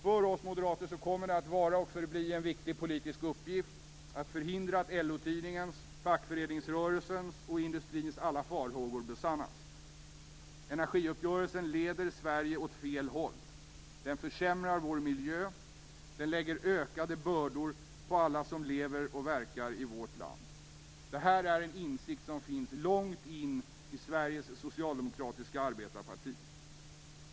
För oss moderater kommer det att vara och förbli en viktig uppgift att förhindra att LO tidningens, fackföreningsrörelsens och industrins alla farhågor besannas. Energiuppgörelsen leder Sverige åt fel håll, försämrar vår miljö och lägger ökade bördor på alla som lever och verkar i vårt land. Detta är en insikt som finns långt in i Sveriges Socialdemokratiska arbetarparti.